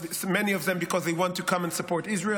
many of them because they want to come and support Israel,